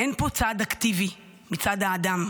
אין פה צעד אקטיבי מצד האדם.